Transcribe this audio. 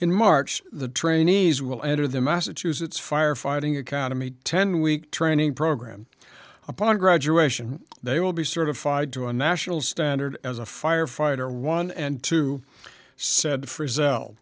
in march the trainees will enter the massachusetts firefighting economy ten week training program upon graduation they will be certified to a national standard as a firefighter one and two said f